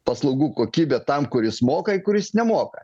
paslaugų kokybė tam kuris moka ir kuris nemoka